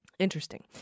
Interesting